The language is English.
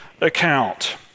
account